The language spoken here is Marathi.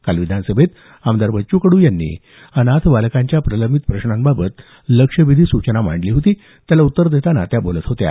काल विधानसभेत बच्चू कडू यांनी राज्यातल्या अनाथ बालकांच्या प्रलंबित प्रश्नांबाबत लक्षवेधी सूचना मांडली होती त्याला उत्तर देताना त्या बोलत होत्या